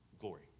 glory